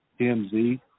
Tmz